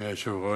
אדוני היושב-ראש,